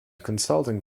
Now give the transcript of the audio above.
consulting